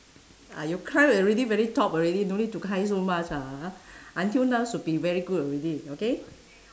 uh you climb already very top already no need to climb so much ah until now should be very good already okay